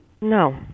No